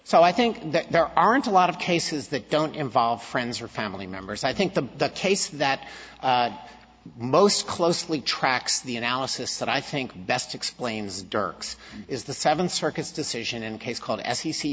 so i think that there aren't a lot of cases that don't involve friends or family members i think the case that most closely tracks the analysis that i think best explains dirk's is the seven circuits decision in case called